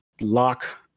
lock